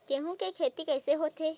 गेहूं के खेती कइसे होथे?